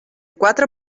quatre